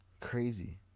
crazy